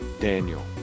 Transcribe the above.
Daniel